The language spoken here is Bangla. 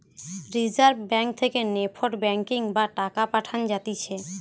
রিজার্ভ ব্যাঙ্ক থেকে নেফট ব্যাঙ্কিং বা টাকা পাঠান যাতিছে